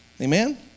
Amen